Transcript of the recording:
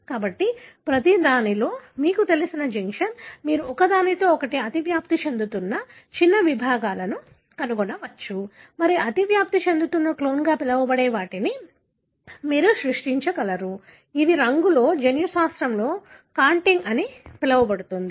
కాబట్టి ప్రతిదానిలో మీకు తెలిసిన జంక్షన్ మీరు ఒకదానితో ఒకటి అతివ్యాప్తి చెందుతున్న చిన్న విభాగాలను కనుగొనవచ్చు మరియు అతివ్యాప్తి చెందుతున్న క్లోన్లుగా పిలవబడే వాటిని మీరు సృష్టించగలరు ఇది రంగులో జన్యుశాస్త్రంలో కాంటిగ్ అని పిలువబడుతుంది